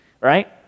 Right